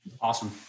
awesome